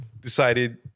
decided